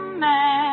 man